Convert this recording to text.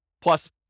plus